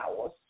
hours